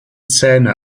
zähne